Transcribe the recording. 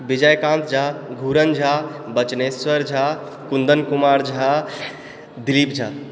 Vijaykant Jha Ghuran Jha Vachaneshwar Jha Kundan Kumar Jha Dilip Jha